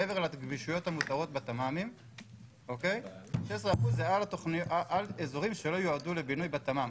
מעבר ל- -- המותרות בתמ"מים זה על אזורים שלא יועדו לבינוי בתמ"מ,